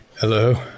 hello